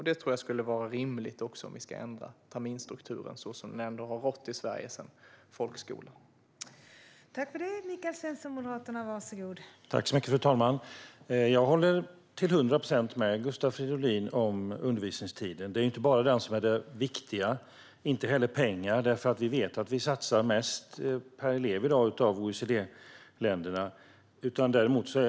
Det är rimligt om vi ska ändra terminsstrukturen så som den ändå har rått i Sverige sedan folkskolans tid.